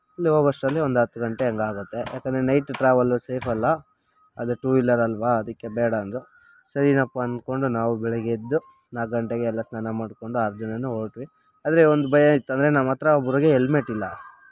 ಅಲ್ಲಿ ಹೋಗುವಷ್ಟರಲ್ಲಿ ಒಂದು ಹತ್ತು ಗಂಟೆ ಹಂಗೆ ಆಗುತ್ತೆ ಏಕೆಂದ್ರೆ ನೈಟ್ ಟ್ರಾವೆಲ್ಲು ಸೇಫಲ್ಲ ಅದೇ ಟೂ ವೀಲರ್ ಅಲ್ವಾ ಅದಕ್ಕೆ ಬೇಡ ಅಂದರೂ ಸರಿನಪ್ಪ ಅಂದ್ಕೊಂಡು ನಾವು ಬೆಳಗ್ಗೆ ಎದ್ದು ನಾಲ್ಕು ಗಂಟೆಗೆ ಎಲ್ಲ ಸ್ನಾನ ಮಾಡ್ಕೊಂಡು ಆರು ಜನಾನು ಹೋದ್ವಿ ಆದರೆ ಒಂದು ಭಯ ಇತ್ತು ಅಂದರೆ ನಮ್ಮ ಹತ್ರ ಒಬ್ಬರಿಗೆ ಹೆಲ್ಮೆಟ್ ಇಲ್ಲ